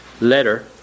letter